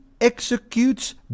executes